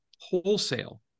wholesale